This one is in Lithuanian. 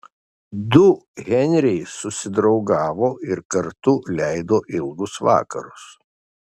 du henriai susidraugavo ir kartu leido ilgus vakarus